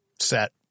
set